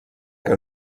que